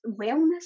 wellness